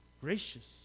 gracious